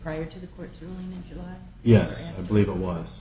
right yes i believe it was